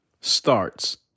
starts